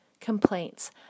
complaints